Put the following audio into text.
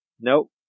Nope